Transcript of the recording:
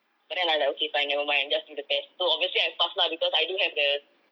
but then I'm like okay fine nevermind just do the test so obviously I passed lah because I do have the